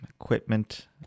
equipment